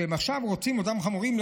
והם עכשיו רוצים שאותם חמורים,